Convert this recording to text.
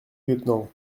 lieutenant